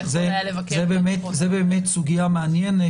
זאת סוגיה מעניינת,